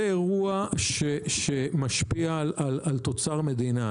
זה אירוע שמשפיע על תוצר מדינה,